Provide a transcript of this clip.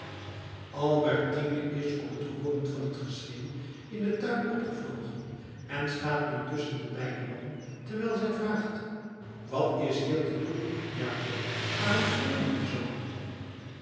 albertine is op het hooren van het geschreeuw in den tuin opgevlogen en staat nu tusschen de beide mannen terwijl zij vraagt wat is hier te doen jakob waarom schreeuw jelui zoo